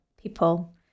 people